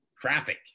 traffic